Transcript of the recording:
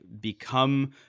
become